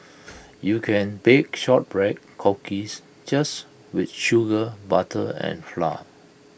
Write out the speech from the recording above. you can bake Shortbread Cookies just with sugar butter and flour